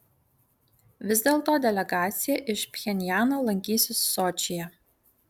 vis dėl to delegacija iš pchenjano lankysis sočyje